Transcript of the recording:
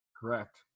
Correct